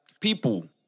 people